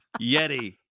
Yeti